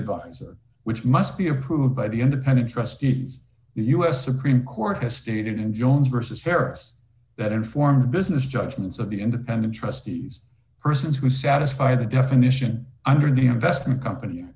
advisor which must be approved by the independent trustees us supreme court has stated and joins versus terrorists that informed business judgments of the independent trustees persons who satisfy the definition under the investment company